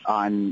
on